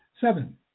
Seven